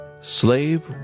slave